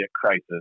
crisis